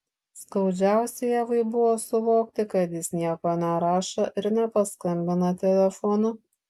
skaudžiausia ievai buvo suvokti kad jis nieko nerašo ir nepaskambina telefonu